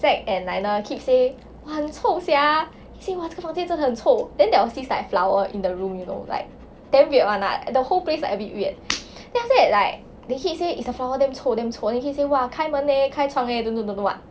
zach and lionel keep say 哇很臭 sia 进来这个房间真的很臭 then there was this like flower in the room you know like damn weird [one] lah the whole place like a bit weird then after that like they keep say is the flower damn 臭 damn 臭 then keep say 哇开门 leh 开窗 leh don't know don't know what